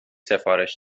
سفارش